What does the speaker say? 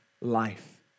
life